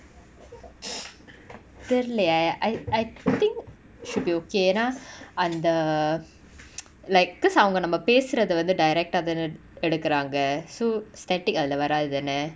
தெரிலயே:therilaye I I think should be okay ஏனா அந்த:yena antha like cause அவங்க நம்ம பேசுரத வந்து:avanga namma pesuratha vanthu direct ah then that எடுக்குராங்க:edukuranga so static அதுல வராது தான:athula varaathu thana